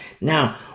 Now